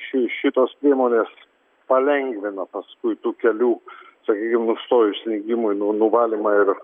ši šitos priemonės palengvina paskui tų kelių sakykim nustojus snigimui nu nuvalymą ir